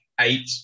eight